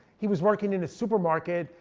he was working in a supermarket.